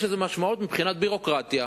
יש לזה משמעות מבחינת ביורוקרטיה.